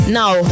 now